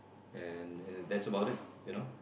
and and that's about it you know